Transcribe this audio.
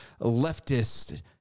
leftist